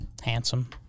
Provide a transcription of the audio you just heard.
Handsome